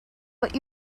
what